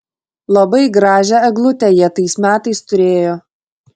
labai gražią eglutę jie tais metais turėjo